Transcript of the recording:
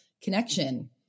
connection